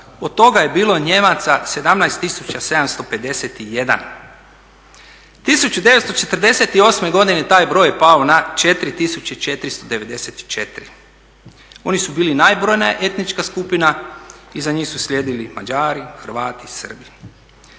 od toga je bilo Nijemaca 17 tisuća 751. 1948. godine taj broj je pao na 4 tisuće 494. Oni su bili najbrojnija etnička skupina, iza njih su slijedili Mađari, Hrvati, Srbi.